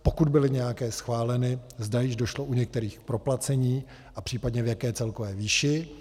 Pokud byly nějaké schváleny, zda již došlo u některých k proplacení a případně v jaké celkové výši.